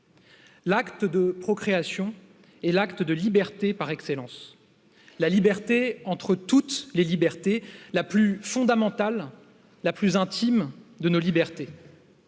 l'acte de procréation est l'acte de liberté par excellence la liberté entre toutes les libertés la plus fondamentale la plus intime de nos libertés